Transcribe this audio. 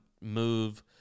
move